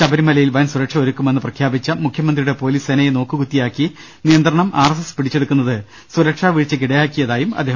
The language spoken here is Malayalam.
ശബരിമ ലയിൽ വൻ സുരക്ഷ ഒരുക്കുമെന്ന് പ്രഖ്യാപിച്ച മുഖ്യമന്ത്രിയുടെ പോലീസ് സേനയെ നോക്കുകുത്തിയാക്കി നിയന്ത്രണം ആർഎസ് എസ് പിടിച്ചെടുക്കുന്നത് സുരക്ഷാ വീഴ്ചയ്ക്ക് ഇടയാക്കിയതായും അദ്ദേഹം പറഞ്ഞു